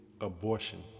abortion